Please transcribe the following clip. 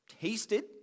tasted